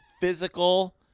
physical